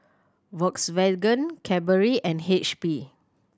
Volkswagen Cadbury and H P